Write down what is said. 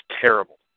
terrible